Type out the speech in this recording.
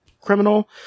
criminal